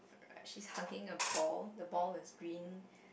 she's hugging a ball the ball is green